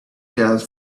gas